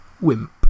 wimp